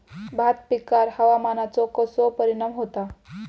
भात पिकांर हवामानाचो कसो परिणाम होता?